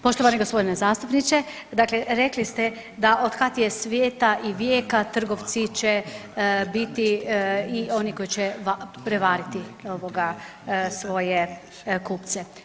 Poštovani gospodine zastupniče, dakle rekli ste da od kad je svijeta i vijeka trgovci će biti i oni koji će prevariti svoje kupce.